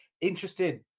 interested